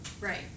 Right